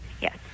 Yes